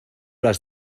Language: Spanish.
las